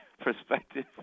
perspective